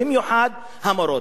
במיוחד המורות.